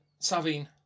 Savine